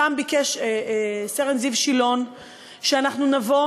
שם ביקש סרן זיו שילון שאנחנו נבוא